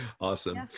awesome